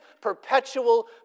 perpetual